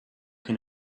can